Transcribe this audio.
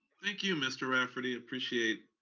thank you, mr. rafferty, appreciate